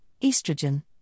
estrogen